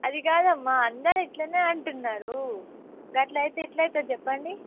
అది కాదమ్మా అందరు ఇలానే అంటున్నారు గట్లయితే ఎలావుతుంది చెప్పండి